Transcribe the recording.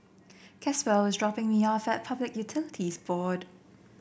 Caswell is dropping me off at Public Utilities Board